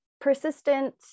persistent